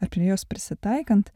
ar prie jos prisitaikant